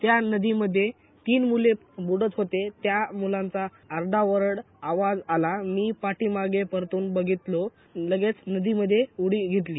त्या नदीमध्ये तीन मूले ब्रडत होते त्या मूलांचा आरडा ओरड आवाज आला मी पाठीमागे परतून बघितलो लगेच नदीमध्ये उडी घेतली